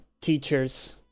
teachers